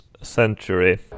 century